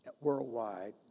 worldwide